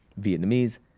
Vietnamese